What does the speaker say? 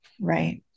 right